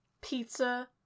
pizza